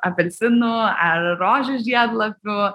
apelsinų ar rožių žiedlapių